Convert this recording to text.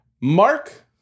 Mark